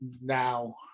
now